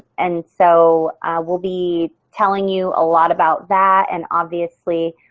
and so we'll be telling you a lot about that and obviously